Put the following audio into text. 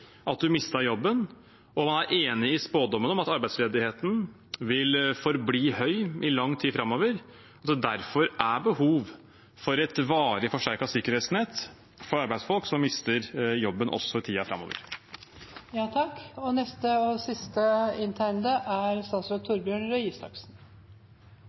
at en mistet jobben, og om han er enig i spådommen om at arbeidsledigheten vil forbli høy i lang tid framover, og at det derfor er behov for et varig forsterket sikkerhetsnett for arbeidsfolk som mister jobben, også i tiden framover. Uansett hvorfor man mister jobben, er